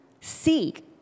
Seek